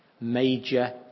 major